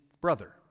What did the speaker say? brother